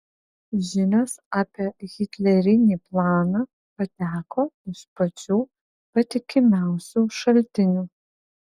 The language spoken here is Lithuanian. žinios apie hitlerinį planą pateko iš pačių patikimiausių šaltinių